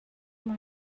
uma